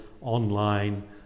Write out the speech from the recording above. online